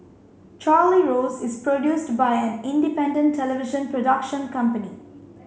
Charlie Rose is produced by an independent television production company